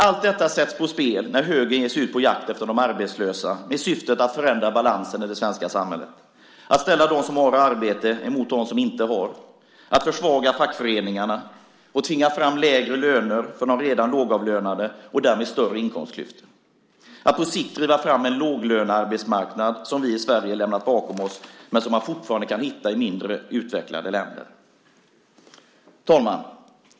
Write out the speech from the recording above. Allt detta sätts på spel när högern ger sig ut på jakt efter de arbetslösa med syfte att förändra balansen i det svenska samhället, att ställa dem som har arbete mot dem som inte har, att försvaga fackföreningarna och tvinga fram lägre löner för de redan lågavlönade och därmed större inkomstklyftor, och att på sikt driva fram en låglönearbetsmarknad, som vi i Sverige har lämnat bakom oss men som man fortfarande kan hitta i mindre utvecklade länder. Herr talman!